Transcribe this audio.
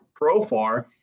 Profar